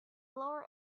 lower